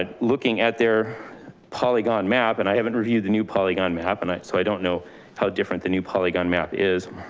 looking at their polygon map, and i haven't reviewed the new polygon map, and so i don't know how different the new polygon map is.